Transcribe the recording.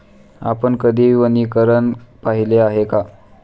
आपण कधी वनीकरण पाहिले आहे का?